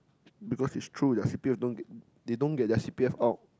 because it's true their C_P_F don't get they don't get their C_P_F out